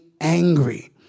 angry